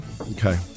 Okay